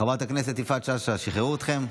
חברת הכנסת יפעת שאשא, שחררו אתכם?